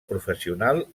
professional